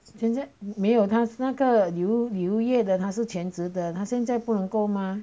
现在没有他是那个旅游旅游业他现在不能够吗